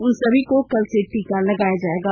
उन सभी को कल से टीका लगाया जायेगा